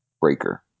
breaker